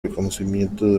reconocimiento